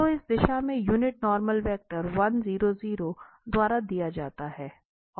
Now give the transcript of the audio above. तो इस दिशा में यूनिट नॉर्मल वेक्टर 100 द्वारा दिया जाता है